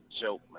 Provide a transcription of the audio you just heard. joke